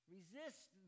Resist